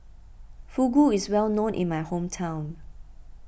Fugu is well known in my hometown